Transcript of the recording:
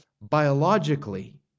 biologically